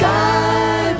Sky